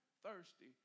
thirsty